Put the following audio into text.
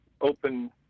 open